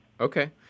Okay